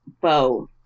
bow